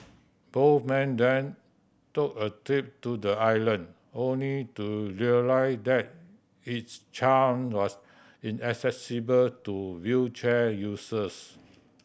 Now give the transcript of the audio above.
both men then took a trip to the island only to realise that its charm was inaccessible to wheelchair users